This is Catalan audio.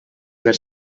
per